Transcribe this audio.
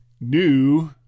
new